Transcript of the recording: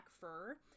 fur